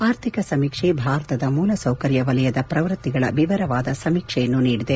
ಆರ್ಥಿಕ ಸಮೀಕ್ಷೆ ಭಾರತದ ಮೂಲಸೌಕರ್ಯ ವಲಯದ ಪ್ರವೃತ್ತಿಗಳ ವಿವರವಾದ ಸಮೀಕ್ಷೆಯನ್ನು ನೀಡಿದೆ